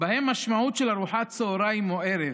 שבהן המשמעות של ארוחת צוהריים או ערב